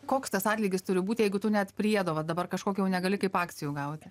koks tas atlygis turi būt jeigu tu net priedo va dabar kažkokio jau negali kaip akcijų gauti